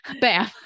Bam